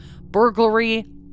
burglary